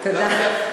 תודה.